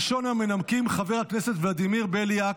ראשון המנמקים, חבר הכנסת ולדימיר בליאק,